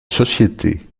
société